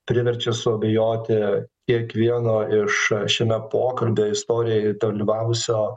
priverčia suabejoti kiekvieno iš šiame pokalby istorijoj dalyvavusio